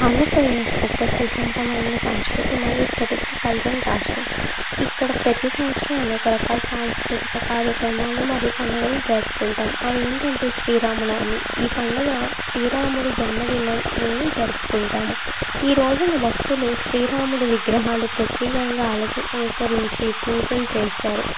ఆంధ్రప్రదేశ్ ఒక సుసంపన్నమైన సంస్కృతి మరియు చరిత్ర కలిగిన రాష్ట్రం ఇక్కడ ప్రతి సంవత్సరం అనేక రకాల సాంస్కృతిక కార్యక్రమాలు మరియు పండుగలు జరుపుకుంటాం అవి ఏంటంటే శ్రీరామనవమి ఈ పండుగ శ్రీరాముడి జన్మదినాన్ని జరుపుకుంటాం ఈ రోజున భక్తులు శ్రీరాముడు విగ్రహాలు ప్రత్యేకంగా అలంకరించి పూజలు చేస్తారు